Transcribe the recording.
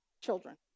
children